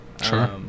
Sure